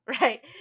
right